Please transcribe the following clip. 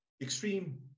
extreme